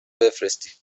بفرستید